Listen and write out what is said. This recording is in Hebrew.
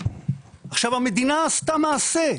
המדינה עשתה מעשה.